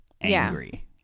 angry